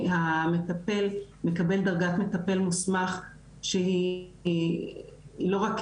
המטפל מקבל דרגת מטפל מוסמך שהיא לא רק,